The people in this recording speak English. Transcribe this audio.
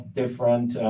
different